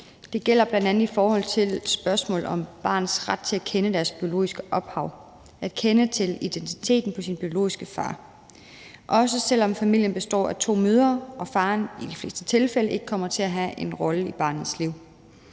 Det gælder bl.a. i forhold til spørgsmålet om barnets ret til at kende dets biologiske ophav, at kende til identiteten på sin biologiske far, også selv om familien består af to mødre og faren i de fleste tilfælde ikke kommer til at have en rolle i barnets liv.